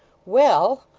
well?